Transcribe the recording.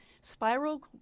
spiral